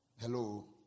Hello